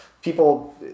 People